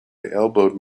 elbowed